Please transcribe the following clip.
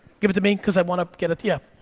give it to me, cause i wanna give it, yeah.